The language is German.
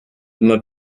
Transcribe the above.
immer